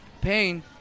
Pain